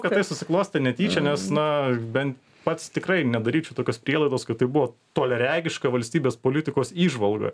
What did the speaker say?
kad tai susiklostė netyčia nes na bent pats tikrai nedaryčiau tokios prielaidos kad tai buvo toliaregiška valstybės politikos įžvalga